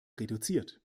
reduziert